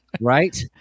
Right